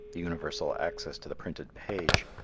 the universal access to the printed page,